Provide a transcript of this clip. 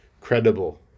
credible